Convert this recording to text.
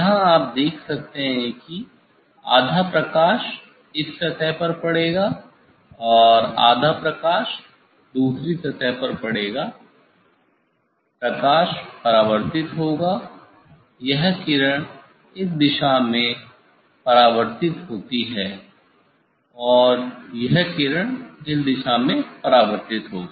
यहाँ आप देख सकते हैं कि आधा प्रकाश इस सतह पर पड़ेगा और आधा प्रकाश दूसरी सतह पर पड़ेगा प्रकाश परावर्तित होगा यह किरण इस दिशा में परावर्तित होती है और यह किरण इस दिशा में परावर्तित होगी